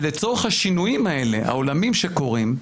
ולצורך השינויים האלה, העולמיים, שקורים,